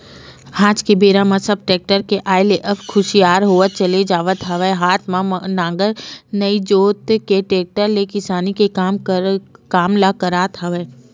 आज के बेरा म सब टेक्टर के आय ले अब सुखियार होवत चले जावत हवय हात म नांगर नइ जोंत के टेक्टर ले किसानी के काम ल करत हवय